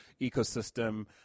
ecosystem